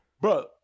bro